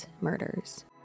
murders